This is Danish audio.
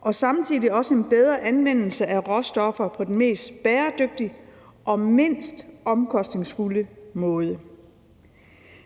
og samtidig en bedre anvendelse af råstoffer på den mest bæredygtige og den mindst omkostningsfulde måde.